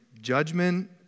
judgment